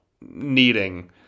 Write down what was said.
needing